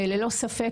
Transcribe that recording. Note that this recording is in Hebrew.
ללא ספק,